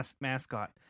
mascot